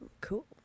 Cool